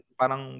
parang